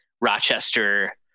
rochester